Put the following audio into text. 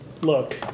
Look